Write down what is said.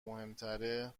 مهمتره